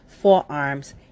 forearms